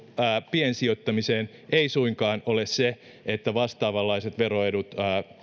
piensijoittamiseen ei suinkaan ole se että vastaavanlaiset veroedut